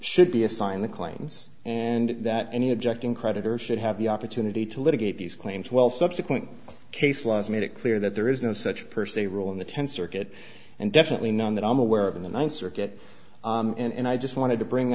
should be assigned the claims and that any objection creditor should have the opportunity to litigate these claims well subsequent case law is made it clear that there is no such per se rule in the tenth circuit and definitely none that i'm aware of in the ninth circuit and i just wanted to bring